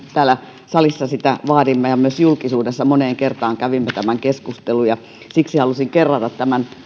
täällä salissa sitä aktiivisesti vaadimme ja myös julkisuudessa moneen kertaa kävimme tämän keskustelun siksi halusin kerrata tämän